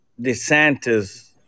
DeSantis